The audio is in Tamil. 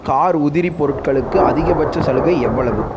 கார் உதிரிப் பொருட்களுக்கு அதிகபட்ச சலுகை எவ்வளவு